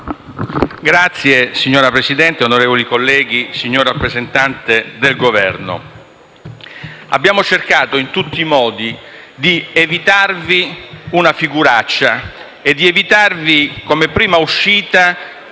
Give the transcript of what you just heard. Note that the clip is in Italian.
Signor Presidente, onorevoli colleghi, signor rappresentante del Governo, abbiamo cercato in tutti i modi di evitarvi una figuraccia e, come prima uscita,